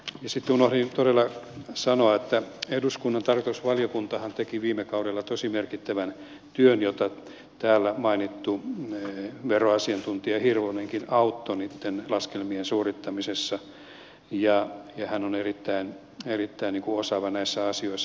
sitten unohdin todella sanoa että eduskunnan tarkastusvaliokuntahan teki viime kaudella tosi merkittävän työn jossa täällä mainittu veroasiantuntija hirvonenkin auttoi niiden laskelmien suorittamisessa ja hän on erittäin osaava näissä asioissa